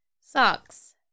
Socks